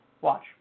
Watch